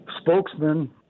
spokesman